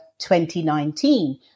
2019